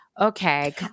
okay